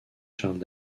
charles